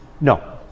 No